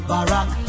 Barack